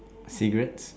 cigarettes